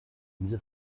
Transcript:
diese